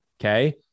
okay